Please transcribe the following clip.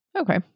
Okay